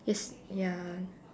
just ya